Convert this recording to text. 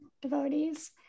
devotees